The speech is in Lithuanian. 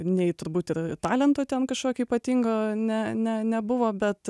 nei turbūt ir talento ten kažkokio ypatingo ne ne nebuvo bet